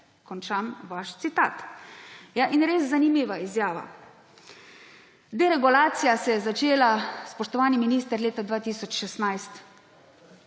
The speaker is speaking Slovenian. Končam vaš citat. Ja, in res zanimiva izjava. Deregulacija se je začela, spoštovani minister, leta 2016.